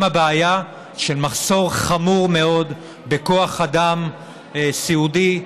וגם הבעיה של מחסור חמור מאוד בכוח אדם סיעודי,